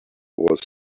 was